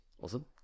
awesome